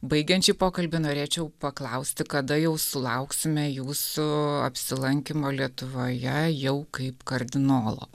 baigiant šį pokalbį norėčiau paklausti kada jau sulauksime jūsų apsilankymo lietuvoje jau kaip kardinolo